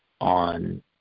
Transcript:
on